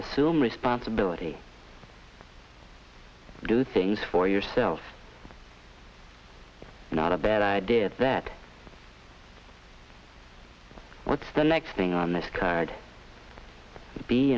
assume responsibility to do things for yourself not a bad idea that what's the next thing on this card be